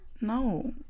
No